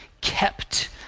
kept